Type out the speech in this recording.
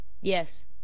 Yes